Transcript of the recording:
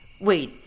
Wait